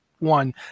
one